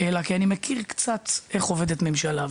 אלא כי אני מכיר קצת איך עובדת ממשלה,